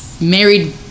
married